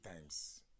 times